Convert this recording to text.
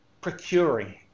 procuring